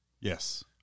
Yes